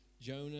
Jonah